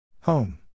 Home